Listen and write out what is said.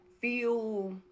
feel